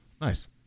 Nice